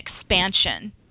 expansion